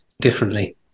differently